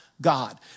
God